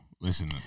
listen